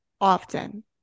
often